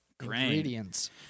Ingredients